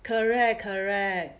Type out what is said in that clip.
correct correct